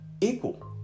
Equal